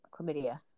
chlamydia